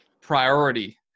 priority